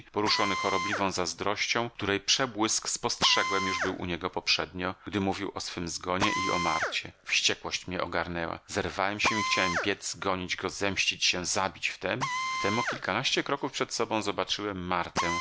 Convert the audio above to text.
poruszony chorobliwą zazdrością której przebłysk spostrzegłem już był u niego poprzednio gdy mówił o swym zgonie i o marcie wściekłość mnie ogarnęła zerwałem się i chciałem biec gonić go zemścić się zabić wtem wtem o kilkanaście kroków przed sobą zobaczyłem martę